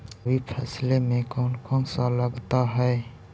रबी फैसले मे कोन कोन सा लगता हाइय?